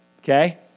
Okay